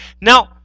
Now